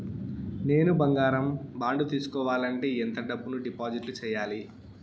నేను బంగారం బాండు తీసుకోవాలంటే ఎంత డబ్బును డిపాజిట్లు సేయాలి?